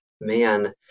Man